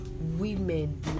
women